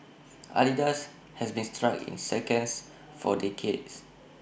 Adidas has been stuck in seconds for decades